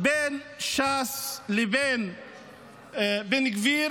-- בין ש"ס לבין בן גביר,